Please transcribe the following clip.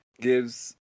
gives